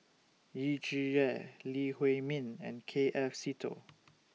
Yu Zhuye Lee Huei Min and K F Seetoh